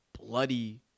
bloody